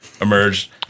emerged